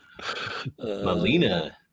Malina